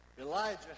Elijah